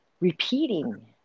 repeating